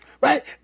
right